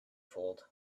fooled